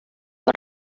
fue